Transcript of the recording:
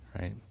right